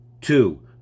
Two